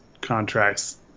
contracts